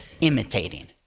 imitating